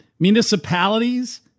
municipalities